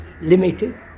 limited